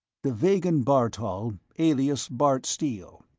the vegan bartol, alias bart steele,